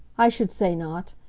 i should say not!